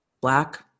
black